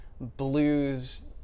blues